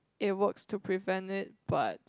it works to prevent it but